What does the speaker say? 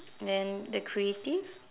then the creative